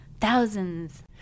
Thousands